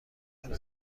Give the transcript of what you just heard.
آماده